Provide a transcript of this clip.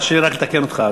תרשה לי רק לתקן אותך,